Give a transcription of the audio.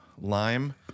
lime